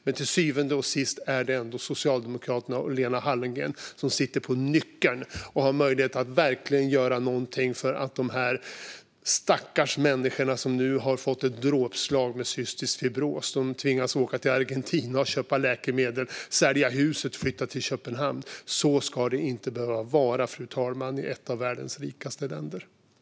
Men till syvende och sist är det ändå Socialdemokraterna och Lena Hallengren som sitter på nyckeln och som har möjlighet att verkligen göra någonting åt att de stackars människor som nu har fått ett dråpslag med cystisk fibros tvingas åka till Argentina för att köpa läkemedel eller sälja huset och flytta till Köpenhamn. Så ska det inte behöva vara i ett av världens rikaste länder, fru talman.